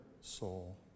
soul